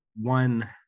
One